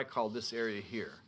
i call this area here